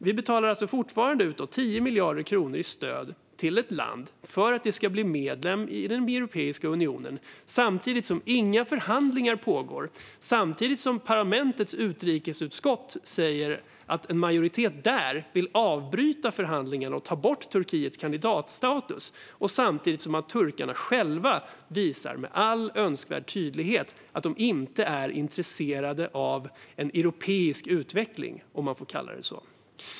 Vi betalar fortfarande ut 10 miljarder kronor i stöd till ett land för att det ska bli medlem i Europeiska unionen, samtidigt som inga förhandlingar pågår och samtidigt som en majoritet i parlamentets utrikesutskott säger att man vill avbryta förhandlingen och ta bort Turkiets kandidatstatus. Och samtidigt visar turkarna själva med all önskvärd tydlighet att de inte är intresserade av en europeisk utveckling, om man får kalla det så.